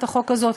הצעת החוק הזאת,